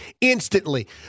instantly